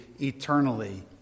eternally